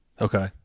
Okay